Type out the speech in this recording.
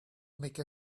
make